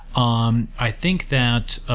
um i think that